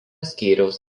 skyriaus